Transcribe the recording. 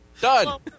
Done